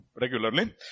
regularly